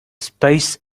space